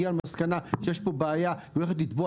הגיעה למסקנה שיש פה בעיה והיא הולכת לתבוע